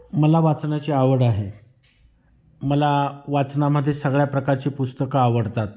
मला वाचनाची आवड आहे मला वाचनामध्ये सगळ्या प्रकारची पुस्तकं आवडतात